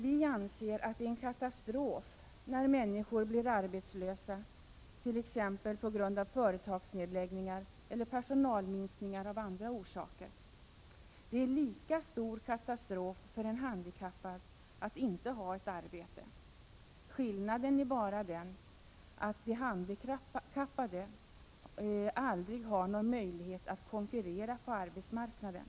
Vi anser att det är katastrof när människor blir arbetslösa t.ex. på grund av företagsnedläggningar eller personalminskningar av andra orsaker. Det är lika stor katastrof för en handikappad att inte ha ett arbete. Skillnaden är bara den att de handikappade aldrig har någon möjlighet att konkurrera på arbetsmarknaden.